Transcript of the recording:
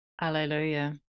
hallelujah